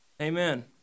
Amen